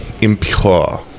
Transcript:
impure